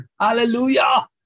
Hallelujah